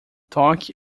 toque